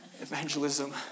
Evangelism